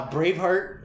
Braveheart